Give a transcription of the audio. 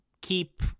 keep